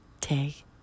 take